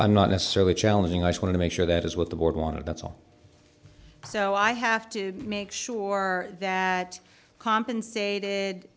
i'm not necessarily challenging i just want to make sure that is what the board wanted that's all so i have to make sure that compensated